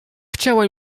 chciało